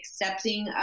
accepting